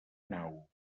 nau